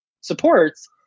supports